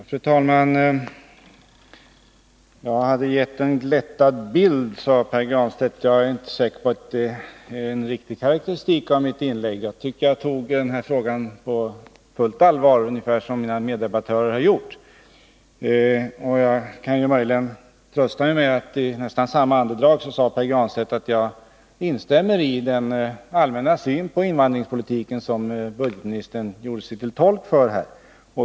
Fru talman! Pär Granstedt sade att jag hade gett en glättad bild. Jag är inte säker på att det är en riktig karakteristik av mitt inlägg. Jag tycker att jag tog den här frågan på fullt allvar, ungefär som mina meddebattörer har gjort. Möjligen kan jag trösta mig med att Pär Granstedt i nästan samma andedrag sade att han instämde i den allmänna syn på invandringspolitiken som jag hade gjort mig till tolk för.